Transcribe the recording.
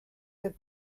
der